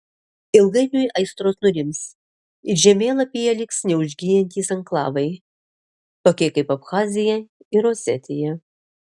ilgainiui aistros nurims ir žemėlapyje liks neužgyjantys anklavai tokie kaip abchazija ir osetija